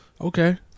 Okay